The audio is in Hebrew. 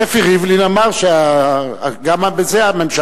ספי ריבלין אמר שגם בזה הממשלה,